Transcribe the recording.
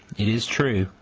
it is true,